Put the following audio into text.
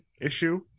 issue